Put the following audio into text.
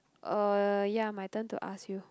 uh ya my turn to ask you